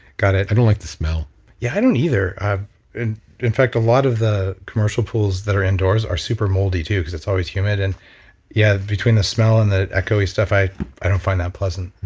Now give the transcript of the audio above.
got it i don't like the smell yeah, i don't either. in in fact, a lot of the commercial pools that are indoors are super moldy too because it's always humid. and yeah, between the smell and the echoey stuff, i i don't find that pleasant.